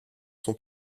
sont